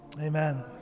amen